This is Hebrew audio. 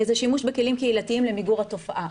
זה שימוש בכלים קהילתיים למיגור התופעה.